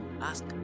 ask